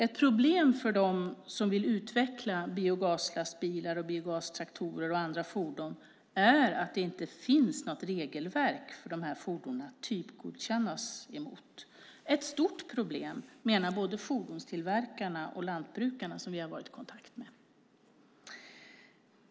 Ett problem för dem som vill utveckla biogaslastbilar, biogastraktorer och andra fordon är att det inte finns något regelverk för de här fordonen att typgodkännas mot. Det är ett stort problem menar både fordonstillverkarna och de lantbrukare som vi har varit i kontakt med.